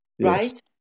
right